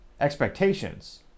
Expectations